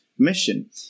Mission